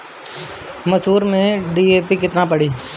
मसूर में डी.ए.पी केतना पड़ी?